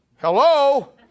Hello